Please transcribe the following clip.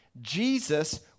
Jesus